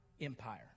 empire